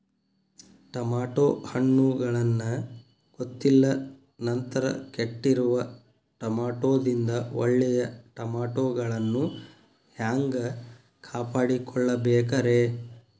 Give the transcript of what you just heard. Tomato ಹಣ್ಣುಗಳನ್ನ ಗೊತ್ತಿಲ್ಲ ನಂತರ ಕೆಟ್ಟಿರುವ ಟಮಾಟೊದಿಂದ ಒಳ್ಳೆಯ ಟಮಾಟೊಗಳನ್ನು ಹ್ಯಾಂಗ ಕಾಪಾಡಿಕೊಳ್ಳಬೇಕರೇ?